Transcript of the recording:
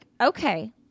okay